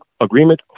agreement